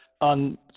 on